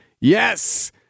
Yes